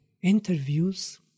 interviews